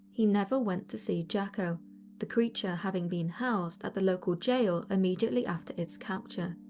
he never went to see jacko the creature having been housed at the local jail immediately after its capture.